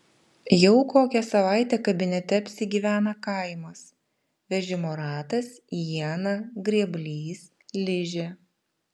jau kokią savaitę kabinete apsigyvena kaimas vežimo ratas iena grėblys ližė